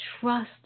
trust